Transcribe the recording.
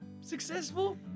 successful